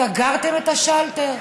סגרתם את השלטר.